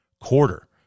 quarter